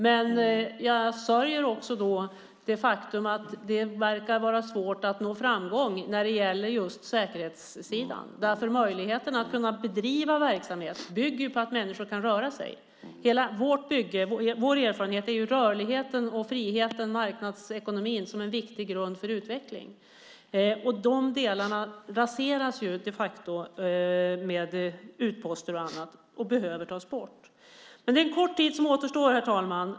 Men jag sörjer det faktum att det verkar vara svårt att nå framgång när det gäller just säkerhetssidan. Möjligheten att bedriva verksamhet bygger på att människor kan röra sig. Vår erfarenhet är rörligheten, friheten och marknadsekonomin som en viktig grund för utveckling. De delarna raseras de facto med utposter och annat och behöver tas bort. Det är kort tid som återstår, herr talman.